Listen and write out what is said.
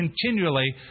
continually